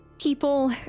People